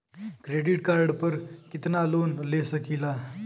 Credit card पर कितनालोन ले सकीला?